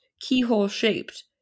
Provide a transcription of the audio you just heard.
keyhole-shaped